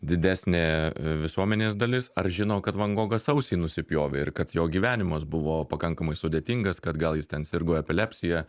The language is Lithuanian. didesnė visuomenės dalis ar žino kad vangogas ausį nusipjovė ir kad jo gyvenimas buvo pakankamai sudėtingas kad gal jis ten sirgo epilepsija